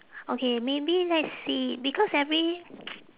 okay maybe let's see because every